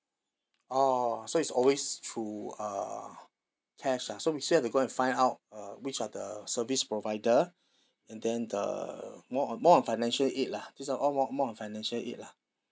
orh so it's always through uh cash ah so we still have to go and find out uh which are the service provider and then the more on more on financial aid lah this one all more more on financial aid lah